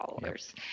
followers